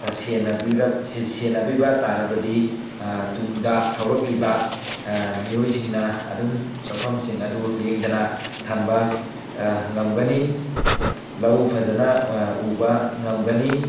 ꯁꯦꯟꯅꯕꯤꯕ ꯇꯥꯔꯕꯗꯤ ꯇꯨꯡꯗ ꯍꯧꯔꯛꯂꯤꯕ ꯃꯤꯑꯣꯏꯁꯤꯡꯅ ꯑꯗꯨꯝ ꯂꯧꯐꯝꯁꯤꯡ ꯑꯗꯨ ꯂꯦꯡꯗꯅ ꯊꯝꯕ ꯉꯝꯒꯅꯤ ꯂꯧ ꯐꯖꯅ ꯎꯕ ꯉꯝꯒꯅꯤ